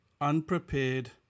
unprepared